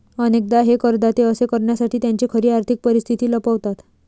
अनेकदा हे करदाते असे करण्यासाठी त्यांची खरी आर्थिक परिस्थिती लपवतात